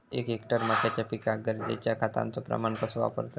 एक हेक्टर मक्याच्या पिकांका गरजेच्या खतांचो प्रमाण कसो वापरतत?